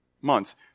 months